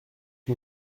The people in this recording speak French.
que